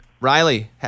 Riley